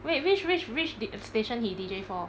wait which which which station he D J for